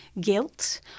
guilt